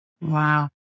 Wow